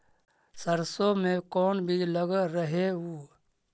सरसोई मे कोन बीज लग रहेउ?